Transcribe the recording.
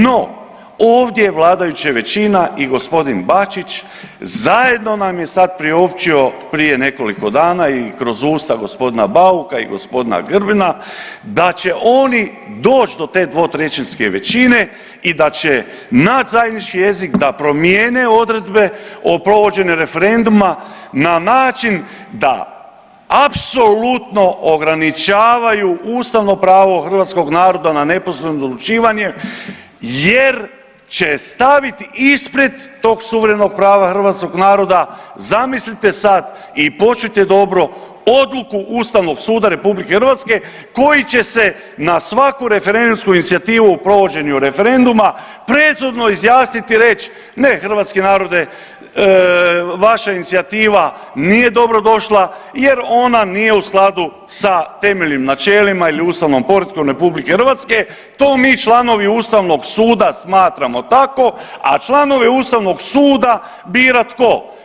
No, ovdje je vladajuća većina i g. Bačić zajedno nam je sad priopćio prije nekoliko dana i kroz Ustav g. Bauka i g. Grbina da će oni doći do te dvotrećinske većine i da će naći zajednički jezik da promijene odredbe o provođenju referenduma na način da apsolutno ograničavaju ustavno pravo hrvatskog naroda na neposredno odlučivanje jer će staviti ispred tog suverenog prava hrvatskog naroda, zamislite sad i počujte dobro, odluku Ustavnog suda RH koji će se na svaku referendumsku inicijativu o provođenju referenduma prethodno izjasniti i reći, ne hrvatski narode, vaša inicijativa nije dobrodošla jer ona nije u skladu sa temeljnim načelima ili ustavnim poretkom RH, to mi članovi Ustavnog suda smatramo tako, a članove Ustavnog suda bira, tko?